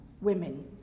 women